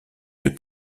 deux